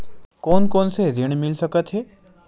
कोन कोन से ऋण मिल सकत हे?